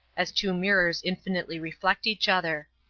as two mirrors infinitely reflect each other.